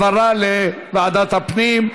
והעברה לוועדת הפנים.